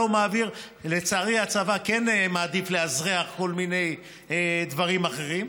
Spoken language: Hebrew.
לצערי, הצבא מעדיף לאזרח כל מיני דברים אחרים.